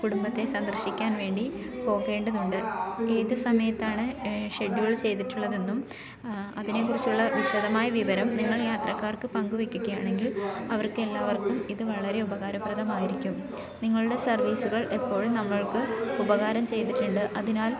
കുടുംബത്തെ സന്ദർശിക്കാൻ വേണ്ടി പോകേണ്ടതുണ്ട് ഏത് സമയത്താണ് ഷെഡ്യൂള് ചെയ്തിട്ടുള്ളതെന്നും അതിനെക്കുറിച്ചുള്ള വിശദമായ വിവരം നിങ്ങൾ യാത്രക്കാർക്ക് പങ്ക് വെക്കുകയാണെങ്കിൽ അവർക്കെല്ലാവർക്കും ഇത് വളരെ ഉപകാരപ്രദമായിരിക്കും നിങ്ങളുടെ സർവീസുകൾ എപ്പോഴും നമ്മൾക്ക് ഉപകാരം ചെയ്തിട്ടുണ്ട് അതിനാൽ